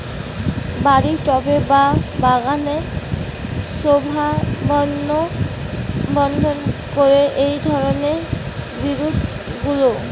বাড়ির টবে বা বাগানের শোভাবর্ধন করে এই ধরণের বিরুৎগুলো